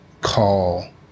call